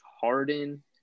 Harden